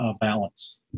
balance